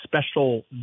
special